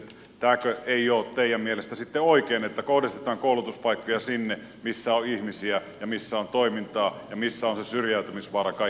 tämäkö ei ole teidän mielestänne sitten oikein että kohdistetaan koulutuspaikkoja sinne missä on ihmisiä ja missä on toimintaa ja missä on se syrjäytymisvaara kaikkein suurin